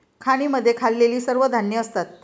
खाणींमध्ये खाल्लेली सर्व धान्ये असतात